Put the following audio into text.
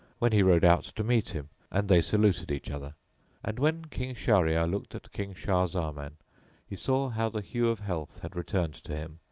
when he rode out to meet him and they saluted each other and when king shahryar looked at king shah zaman he saw how the hue of health had returned to him,